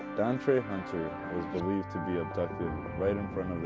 dontray hunter was believed to be abducted right in front